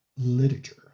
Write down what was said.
literature